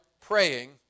praying